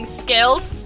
skills